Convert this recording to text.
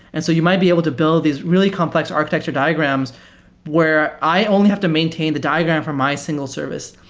and so you might be able to build these really complex architecture diagrams where i only have to maintain the diagram from my single service.